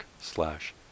slash